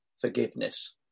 forgiveness